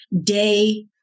day